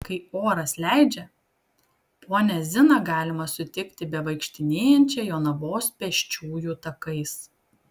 kai oras leidžia ponią ziną galima sutikti bevaikštinėjančią jonavos pėsčiųjų takais